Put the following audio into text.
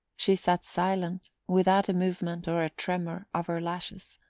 she sat silent, without a movement or a tremor of her lashes.